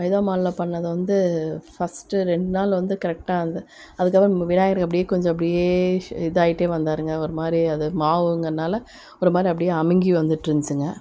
மைதா மாவில் பண்ணது வந்து ஃபஸ்ட்டு ரெண்டு நாள் வந்து கரெக்டாக அந்த அதுக்கப்றம் விநாயகர் அப்படியே கொஞ்சம் அப்படியே இதாக ஆகிட்டே வந்தாருங்க ஒரு மாதிரி அது மாவுங்கறதுனால ஒரு மாதிரி அப்படியே அமுங்கி வந்துகிட்ருந்துச்சிங்க